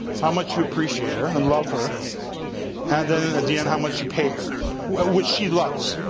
how much you appreciate her and love her and then at the end how much you pay her which she loves.